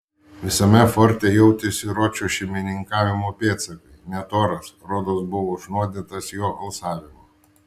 visame forte jautėsi ročo šeimininkavimo pėdsakai net oras rodos buvo užnuodytas jo alsavimo